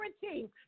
guarantee